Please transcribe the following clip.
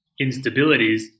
instabilities